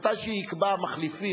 מתי שיקבע מחליפי,